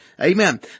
Amen